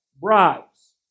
bribes